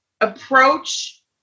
approach